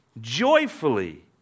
joyfully